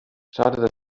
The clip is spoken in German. schade